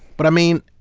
but i mean,